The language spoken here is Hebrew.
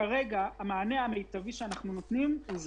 כרגע המענה המיטבי שאנחנו נותנים הוא זה.